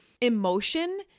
emotion